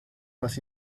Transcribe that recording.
más